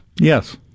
Yes